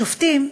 שופטים,